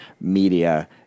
media